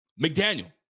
McDaniel